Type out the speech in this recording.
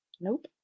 Nope